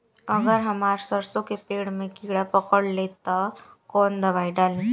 अगर हमार सरसो के पेड़ में किड़ा पकड़ ले ता तऽ कवन दावा डालि?